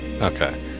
Okay